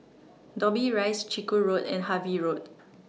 Dobbie Rise Chiku Road and Harvey Road